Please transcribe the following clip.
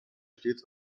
stets